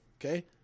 okay